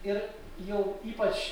ir jau ypač